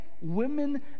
women